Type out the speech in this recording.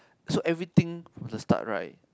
so everything from the start right